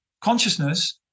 Consciousness